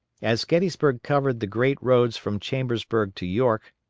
as gettysburg covered the great roads from chambersburg to york,